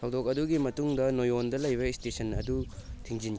ꯊꯧꯗꯣꯛ ꯑꯗꯨꯒꯤ ꯃꯇꯨꯡꯗ ꯅꯣꯌꯣꯟꯗ ꯂꯩꯕ ꯏꯁꯇꯦꯁꯟ ꯑꯗꯨ ꯊꯤꯡꯖꯤꯟ